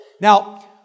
Now